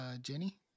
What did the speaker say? Jenny